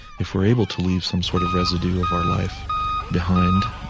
if we're able to leave some sort of residue of our life behind,